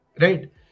right